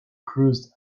cruised